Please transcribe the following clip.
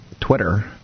Twitter